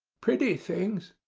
pretty things!